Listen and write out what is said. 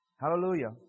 Hallelujah